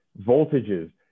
voltages